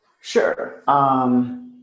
Sure